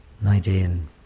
Nineteen